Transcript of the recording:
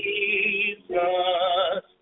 Jesus